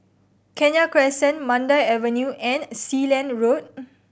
Kenya Crescent Mandai Avenue and Sealand Road